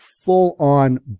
full-on